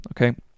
okay